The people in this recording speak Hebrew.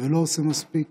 ולא עושה מספיק